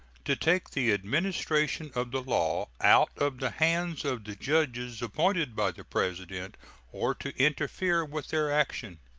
to take the administration of the law out of the hands of the judges appointed by the president or to interfere with their action.